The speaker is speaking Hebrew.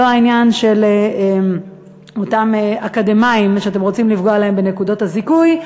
לא העניין של אותם אקדמאים שאתם רוצים לפגוע להם בנקודות הזיכוי.